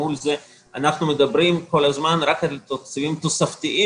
מול זה אנחנו מדברים כל הזמן רק על תקציבים תוספתיים